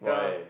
why